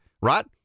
right